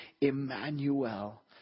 Emmanuel